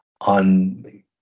on